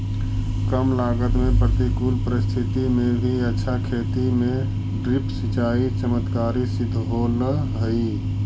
कम लागत में प्रतिकूल परिस्थिति में भी अच्छा खेती में ड्रिप सिंचाई चमत्कारी सिद्ध होल हइ